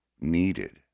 needed